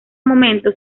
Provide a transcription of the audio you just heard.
momento